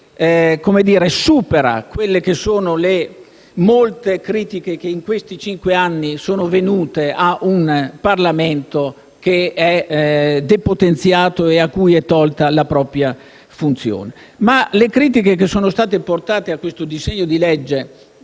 introduce una strada che supera le molte critiche che in questi cinque anni sono venute ad un Parlamento che è depotenziato e cui è tolta la propria funzione. Ma le critiche che sono state portate a questo disegno di legge